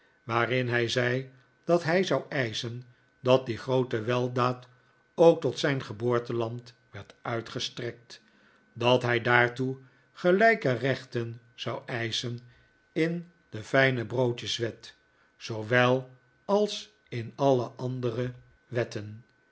waarin hij zei dat hij zou eischen dat die groote weldaad ook tot zijn geboorteland werd uitgestrekt dat hij daartoe gelijke rechten zou eischen in de fijne broodjeswet zoowel als in alle andere wetten